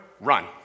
Run